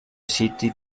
city